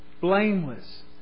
blameless